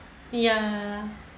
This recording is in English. ya